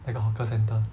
那个 hawker centre